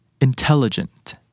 Intelligent